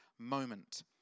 moment